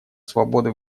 свободы